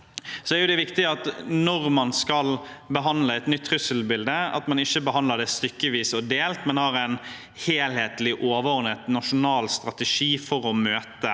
det trusselbildet. Når man skal behandle et nytt trusselbilde, er det viktig at man ikke behandler det stykkevis og delt, men har en helhetlig, overordnet nasjonal strategi for å møte